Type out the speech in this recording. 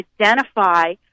identify